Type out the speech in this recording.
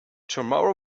tomorrow